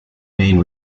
main